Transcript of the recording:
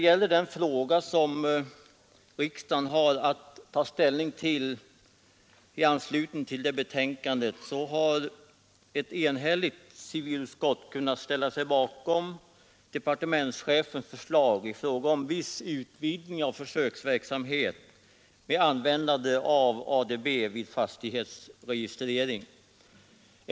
I den fråga som riksdagen har att ta ställning till med anledning av detta betänkande har ett enhälligt civilutskott kunna ställa sig bakom departementschefens förslag i fråga om viss utvidgning av försöksverksamhet med användande av ADB vid fastighetsregistrering.